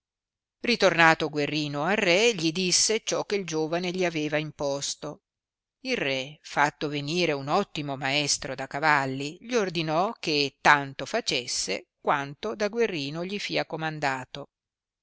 ritornato guerrino al re gli disse ciò che giovane gli aveva imposto il re fatto venire un ottimo maestro da cavalli gli ordinò che tanto facesse quanto da guerrino gli fia comandato